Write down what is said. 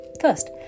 first